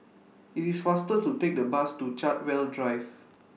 IT IS faster to Take The Bus to Chartwell Drive